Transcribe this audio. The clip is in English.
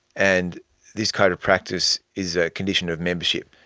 and this code of practice is a condition of membership,